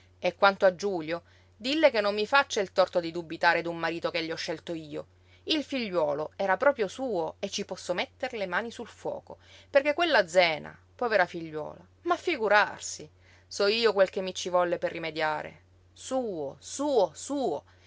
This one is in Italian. e quanto a giulio dille che non mi faccia il torto di dubitare d'un marito che le ho scelto io il figliuolo era proprio suo e ci posso metter le mani sul fuoco perché quella zena povera figliuola ma figurarsi so io quel che mi ci volle per rimediare suo suo suo